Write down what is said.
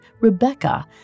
Rebecca